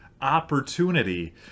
opportunity